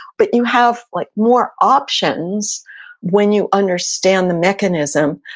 but you have like more options when you understand the mechanism,